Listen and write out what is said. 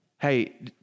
Hey